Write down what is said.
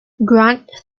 grant